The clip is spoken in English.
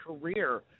career